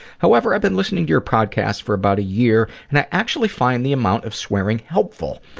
however i've been listening to your podcast for about a year and i actually find the amount of swearing helpful.